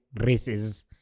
races